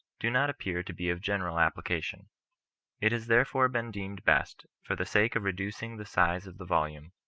do not appear to be of general application it has therefore been deemed best, for the sake of reducing the size of the volume,